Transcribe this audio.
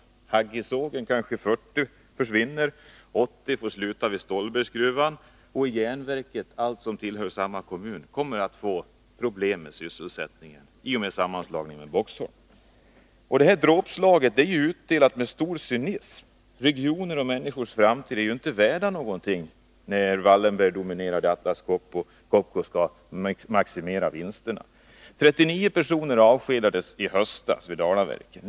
Vid Hagge såg kanske 40 arbetstillfällen försvinner. 80 personer får sluta vid Stålbergsgruvan, och järnverket — allt tillhör samma kommun — kommer att få problem med sysselsättningen i och med sammanslagningen med Boxholm. Detta dråpslag är utdelat med stor cynism. Regioners och männniskors framtid är inte värda någonting, när det Wallenbergdominerade Atlas Copco skall maximera vinsterna. 39 personer avskedades i höstas vid Dalaverken.